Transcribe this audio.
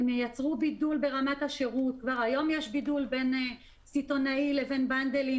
הן ייצרו בידול ברמת השירות וכבר היום יש בידול בין סיטונאי לבין בנדלים